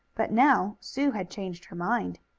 but now sue had changed her mind.